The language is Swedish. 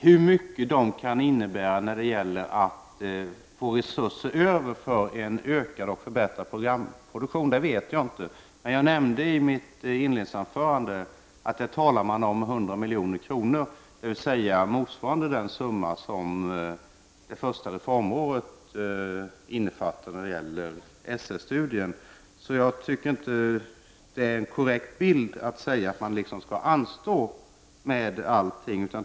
Hur mycket de kan betyda för att resurser skall bli över för en ökad och förbättrad programproduktion vet jag inte. Men jag nämnde i mitt inledningsanförande att man talar om 100 milj.kr., dvs. motsvarande den summa som det första reformåret innefattar i SR-studien. Jag tycker inte att det är en korrekt bild att säga att vi vill att allting skall anstå.